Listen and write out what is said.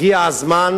הגיע הזמן